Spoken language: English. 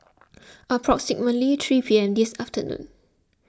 approximately three P M this afternoon